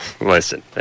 Listen